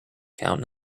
count